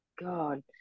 god